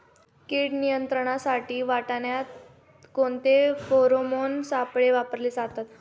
कीड नियंत्रणासाठी वाटाण्यात कोणते फेरोमोन सापळे वापरले जातात?